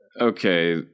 Okay